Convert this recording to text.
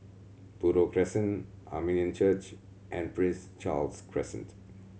Buroh Crescent Armenian Church and Prince Charles Crescent